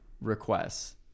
requests